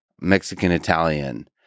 Mexican-Italian